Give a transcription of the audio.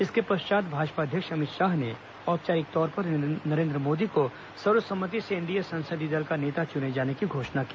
इसके पश्चात भाजपा अध्यक्ष अमित शाह ने औपचारिक तौर पर नरेन्द्र मोदी को सर्व सम्मति से एनडीए संसदीय दल का नेता चुने जाने की घोषणा की